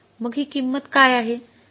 मग ही किंमत काय आहे